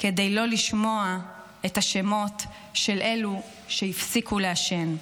כדי לא לשמוע את השמות של אלו שהפסיקו לעשן.